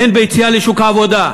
הן ביציאה לשוק העבודה,